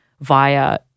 via